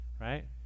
right